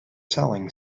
selling